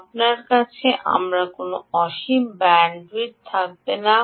আপনার কাছে আমার কোনও অসীম ব্যান্ডউইথ থাকবেনা